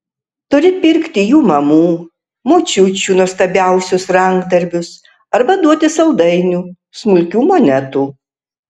turi pirkti jų mamų močiučių nuostabiuosius rankdarbius arba duoti saldainių smulkių monetų